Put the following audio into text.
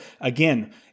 again